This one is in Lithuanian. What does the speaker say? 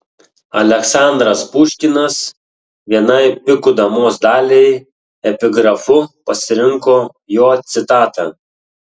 aleksandras puškinas vienai pikų damos daliai epigrafu pasirinko jo citatą